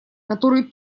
который